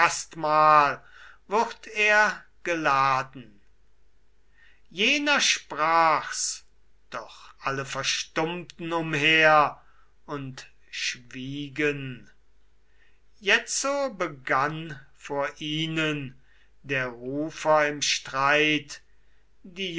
vertrauen der kühnheit jener sprach's doch alle verstummten umher und schwiegen jetzo begann vor ihnen der rufer im streit diomedes